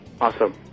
Awesome